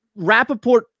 Rappaport